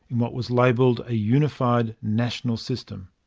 and what was labelled a unified national system.